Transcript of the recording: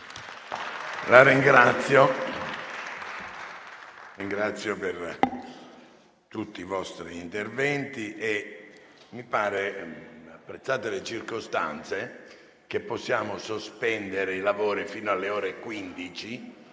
Vi ringrazio per tutti i vostri interventi. Apprezzate le circostanze, possiamo sospendere i lavori fino alle ore 15,